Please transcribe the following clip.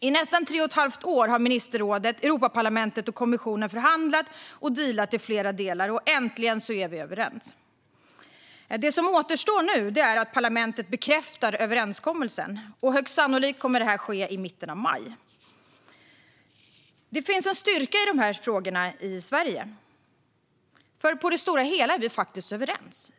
I nästan tre och ett halvt år har ministerrådet, Europaparlamentet och kommissionen förhandlat och dealat om flera delar, och äntligen är vi överens. Det som återstår nu är att parlamentet bekräftar överenskommelsen. Högst sannolikt kommer detta att ske i mitten av maj. Det finns en styrka i dessa frågor i Sverige, för på det stora hela är vi faktiskt överens.